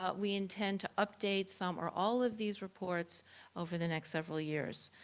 ah we intend to update some or all of these reports over the next several years.